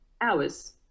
hours